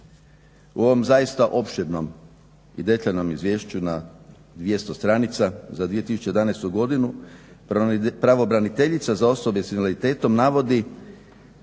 U ovom zaista opširnom i detaljnom izvješću na 200 stranica za 2011. godinu pravobraniteljica za osobe s invaliditetom navodi